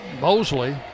Mosley